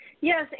Yes